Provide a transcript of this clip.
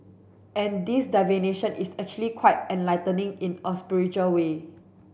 and this divination is actually quite enlightening in a spiritual way